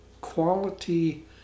quality